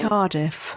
Cardiff